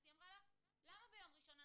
אז היא אמרה לה, למה ביום ראשון?